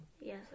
Yes